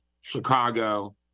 Chicago